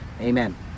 amen